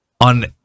on